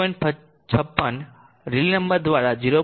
56 રેલી નંબર દ્વારા 0